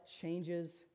changes